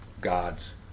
God's